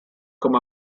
com